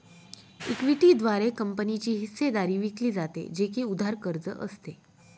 equity द्वारे कंपनीची हिस्सेदारी विकली जाते, जे की उधार कर्ज असते